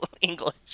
english